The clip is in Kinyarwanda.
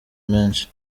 menshi